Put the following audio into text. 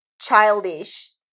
childish